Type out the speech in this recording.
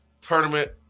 tournament